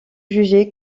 jugé